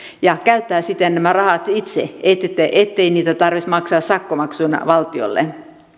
ja käyttää siten nämä rahat itse ettei niitä tarvitsisi maksaa sakkomaksuina valtiolle